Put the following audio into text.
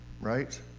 right